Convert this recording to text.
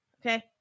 Okay